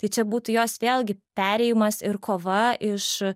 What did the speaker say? tai čia būtų jos vėlgi perėjimas ir kova iš